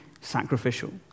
sacrificial